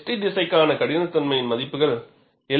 T திசைக்கான கடினத்தன்மையின் மதிப்புகள் L